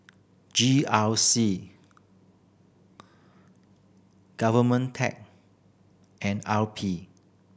G R C GOVERNMENTTECH and R P